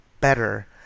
better